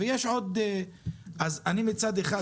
מצד אחד,